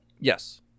Yes